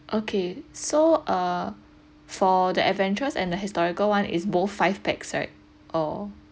okay so uh for the adventurous and the historical one is both five pax right or